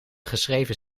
geschreven